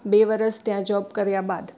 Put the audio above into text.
બે વરસ ત્યાં જૉબ કર્યા બાદ